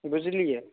बुझलियै